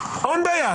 אין בעיה,